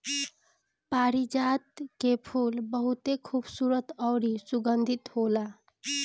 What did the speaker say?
पारिजात के फूल बहुते खुबसूरत अउरी सुगंधित होला